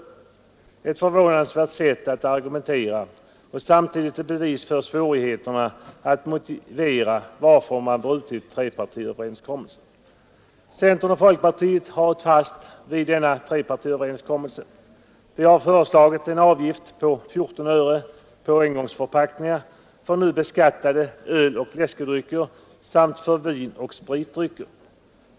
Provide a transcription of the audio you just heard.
Det är ett förvånansvärt sätt att argumentera på och samtidigt är det ett bevis för svårigheterna att motivera varför man brutit trepartiöverenskommelsen. Centern och folkpartiet har hållit fast vid denna trepartiöverenskommelse. Vi har föreslagit en avgift på 14 öre på engångsförpackningar för nu beskattade läskedrycker och öl samt vin och spritdrycker.